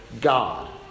God